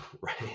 right